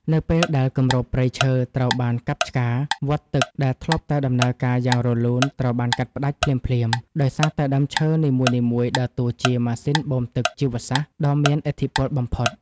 នៅពេលដែលគម្របព្រៃឈើត្រូវបានកាប់ឆ្ការ វដ្តទឹកដែលធ្លាប់តែដំណើរការយ៉ាងរលូនត្រូវបានកាត់ផ្ដាច់ភ្លាមៗ ដោយសារតែដើមឈើនីមួយៗដើរតួជា ម៉ាស៊ីនបូមទឹកជីវសាស្ត្រ ដ៏មានឥទ្ធិពលបំផុត។